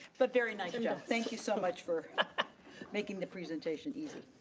but very nice. and yeah thank you so much for making the presentation easy.